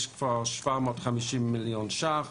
יש כבר 750 מיליון שקל,